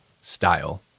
style